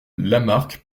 lamarque